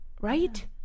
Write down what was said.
right